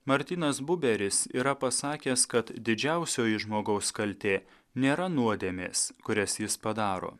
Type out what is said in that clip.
martynas buberis yra pasakęs kad didžiausioji žmogaus kaltė nėra nuodėmės kurias jis padaro